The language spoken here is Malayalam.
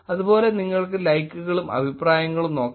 അതുപോലെ നിങ്ങൾക്ക് ലൈക്കുകളും അഭിപ്രായങ്ങളും നോക്കാം